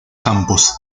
campos